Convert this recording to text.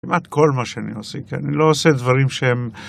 כמעט כל מה שאני עושה, כי אני לא עושה דברים שהם...